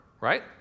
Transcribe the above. right